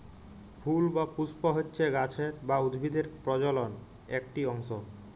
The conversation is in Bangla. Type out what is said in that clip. ফুল বা পুস্প হচ্যে গাছের বা উদ্ভিদের প্রজলন একটি অংশ